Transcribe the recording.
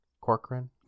Corcoran